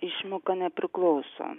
išmoka nepriklauso